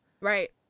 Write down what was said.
Right